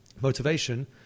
Motivation